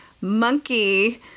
monkey